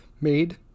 made